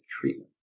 treatment